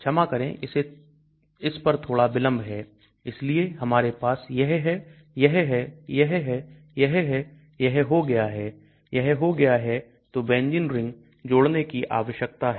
क्षमा करें इस पर थोड़ा विलंब है इसलिए हमारे पास यह है यह है यह है यह है यह हो गया है यह हो गया है तो benzene रिंग जोड़ने की आवश्यकता है